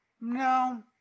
no